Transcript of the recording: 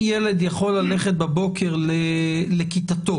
כיוון חבר הכנסת דוידסון היא אם ילד יכול ללכת בבוקר לכיתתו